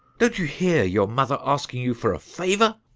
don't you hear your mother asking you for a favour?